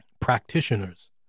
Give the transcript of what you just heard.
practitioners